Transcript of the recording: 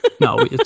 No